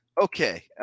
Okay